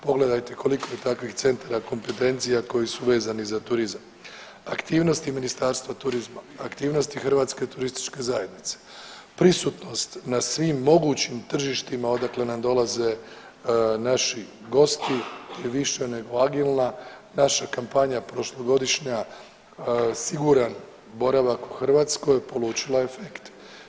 Pogledajte koliko je takvih centara kompetencija koji su vezani za turizam, aktivnosti Ministarstva turizma, aktivnosti Hrvatske turističke zajednice, prisutnost na svim mogućim tržištima odakle nam dolaze naši gosti je više nego agilna, naša kampanja prošlogodišnja „Siguran boravak u Hrvatskoj“ polučila je efekte.